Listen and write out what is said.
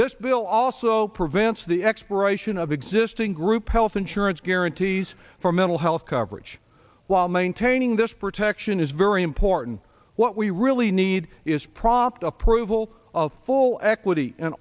this bill also prevents the expiration of existing group health insurance guarantees from mental health coverage while maintaining this protection is very important what we really need is prompt approval of full equity and